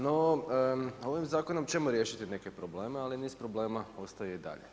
No, ovim zakonom ćemo riješiti neke probleme ali niz problema ostaje i dalje.